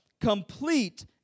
Complete